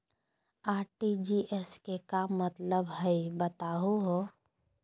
RTGS के का मतलब हई, बताहु हो?